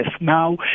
Now